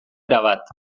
erabat